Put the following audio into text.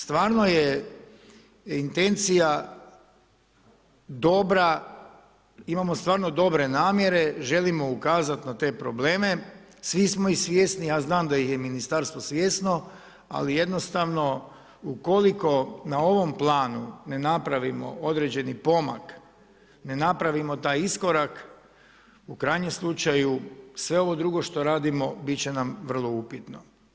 Stvarno je intencija dobra, imamo stvarno dobre namjere, želimo ukazati na te probleme, svi smo ih svjesni, ja znam da ih je ministarstvo svjesno, ali jednostavno, ukoliko na ovom planu ne napravimo određeni pomak, ne napravimo taj iskorak, u krajnjem slučaju, sve ovo drugo što radimo, biti će nam vrlo upitno.